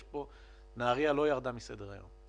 פה נהריה לא ירדה מסדר-היום והיא לא תרד מסדר-הים.